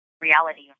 reality